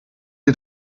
ihr